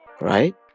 Right